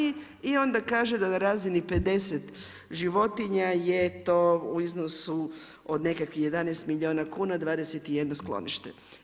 I onda kaže da na razini 50 životinja je to u iznosu, od nekakvih 11 milijuna kuna, 21 sklonište.